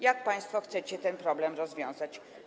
Jak państwo chcecie ten problem rozwiązać?